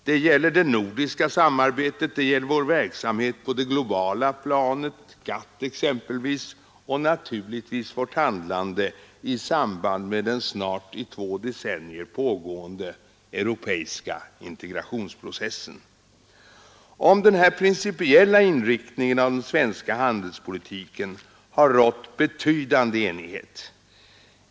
Det gäller det nordiska samarbetet, det gäller vår verksamhet på det globala planet — exempelvis i GATT — och naturligtvis vårt handlande i samband med den snart i två decennier pågående europeiska integrationsprocessen. Om denna principiella inriktning av den svenska handelspolitiken har rått betydande enighet.